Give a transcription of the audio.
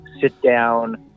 sit-down